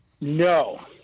no